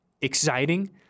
Exciting